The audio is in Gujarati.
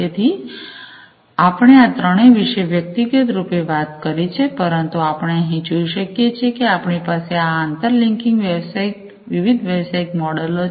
તેથી તેથી આપણે આ ત્રણેય વિષે વ્યક્તિગત રૂપે વાત કરી છે પરંતુ આપણે અહીં જોઈ શકીએ છીએ કે આપણી પાસે આ આંતર લિંકિંગ વિવિધ વ્યવસાયિક મોડેલો છે